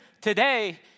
today